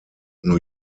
new